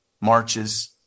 marches